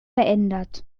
verändert